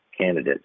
candidate